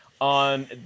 on